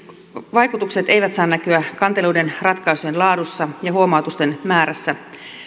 vaikutukset eivät saa näkyä kanteluiden ratkaisujen laadussa ja huomautusten määrässä